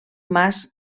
mas